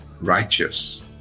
righteous